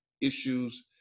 issues